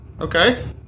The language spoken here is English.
Okay